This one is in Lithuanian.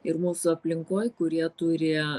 ir mūsų aplinkoj kurie turi